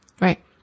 right